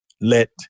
let